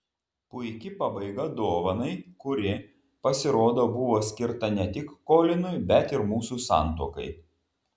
puiki pabaiga dovanai kuri pasirodo buvo skirta ne tik kolinui bet ir mūsų santuokai